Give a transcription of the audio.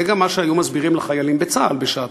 זה גם מה שהיינו מסבירים לחיילים בצה"ל בשעתו: